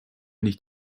nicht